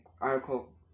article